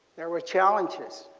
there were challenges